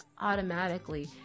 automatically